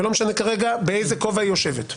ולא משנה כרגע באיזה כובע היא יושבת.